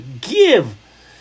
give